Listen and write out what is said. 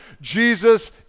Jesus